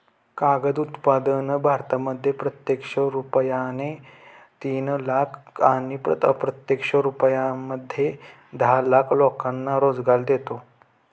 कागद उत्पादन भारतामध्ये प्रत्यक्ष रुपाने तीन लाख आणि अप्रत्यक्ष रूपामध्ये दहा लाख लोकांना रोजगार देतो